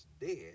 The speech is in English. dead